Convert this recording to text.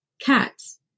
cats